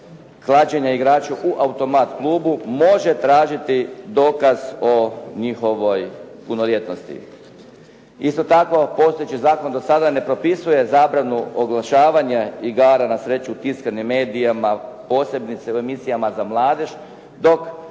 klađenja igraču u automat klubu može tražiti dokaz o njihovoj punoljetnosti. Isto tako, postojeći zakon do sada ne propisuje zabranu oglašavanja igara na sreću u tiskanim medijima posebice u emisijama za mladež, tok